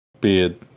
Beard